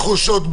(2)פתח תקווה,